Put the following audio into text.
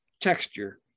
texture